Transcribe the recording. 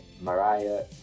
Mariah